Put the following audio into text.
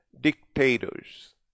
dictators